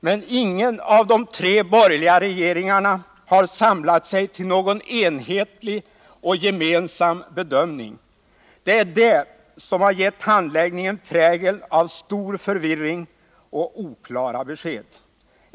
Men ingen av de tre borgerliga regeringarna har samlat sig till någon enhetlig och gemensam bedömning. Det är det som har gett handläggningen prägeln av stor förvirring och oklara besked.